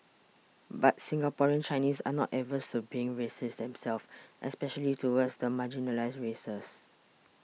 but Singaporean Chinese are not averse to being racist themselves especially towards the marginalised races